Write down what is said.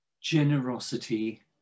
generosity